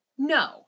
No